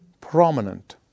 prominent